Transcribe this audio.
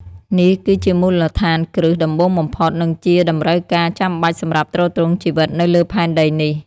នេះគឺជាមូលដ្ឋានគ្រឹះដំបូងបំផុត និងជាតម្រូវការចាំបាច់សម្រាប់ទ្រទ្រង់ជីវិតនៅលើផែនដីនេះ។